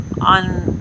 on